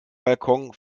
balkon